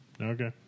Okay